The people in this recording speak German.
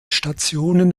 stationen